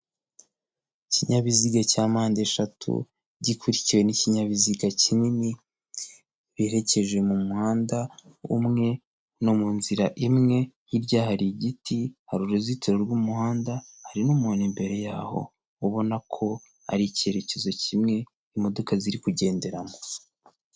Ikinyabiziga cya mpande eshatu gikurikiwe n'ikinyabiziga kinini berekeje mu muhanda umwe no mu nzira imwe, hirya hari igiti, hari uruzitiro rw'umuhanda, hari n'umuntu mbere yaho, ubona ko ari icyerekezo kimwe imodoka ziri kugenderamo.